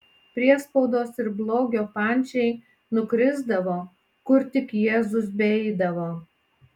priespaudos ir blogio pančiai nukrisdavo kur tik jėzus beeidavo